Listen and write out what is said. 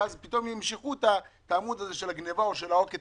ופתאום ימשכו את העמוד של הגניבה או העוקף